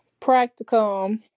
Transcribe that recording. practicum